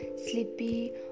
sleepy